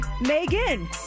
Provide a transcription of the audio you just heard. megan